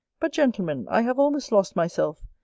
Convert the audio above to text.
but, gentlemen, i have almost lost myself,